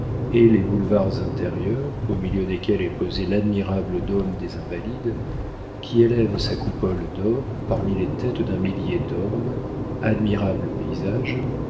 et les boulevards intérieurs au milieu desquels est posé l'admirable dôme des invalides qui élève sa coupole d'or parmi les têtes d'un millier d'ormes admirable paysage